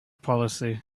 policy